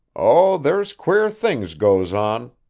oh, there's queer things goes on.